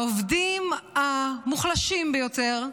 העובדים המוחלשים ביותר,